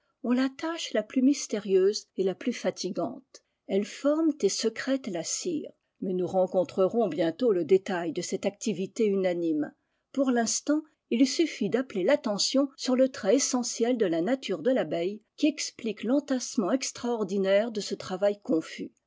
ont la tâche la plus mystérieuse et la plus fatigante elles forment et sécrètent la cire mais nou rencontrerons bientôt le détail de cette activité unanime pour l'instant il suffit d'appeler l'attention sur le trait essentiel de la nature de l'abeille qui explique l'entassement extraordinaire de ce travail confus